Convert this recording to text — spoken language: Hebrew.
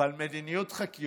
אבל מדיניות חקירות?